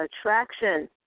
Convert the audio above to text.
attraction